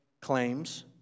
claims